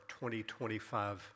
2025